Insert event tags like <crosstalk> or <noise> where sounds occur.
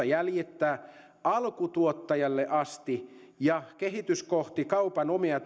<unintelligible> jäljittää alkutuottajalle asti ja kehitys kohti kaupan omia <unintelligible>